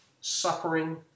suffering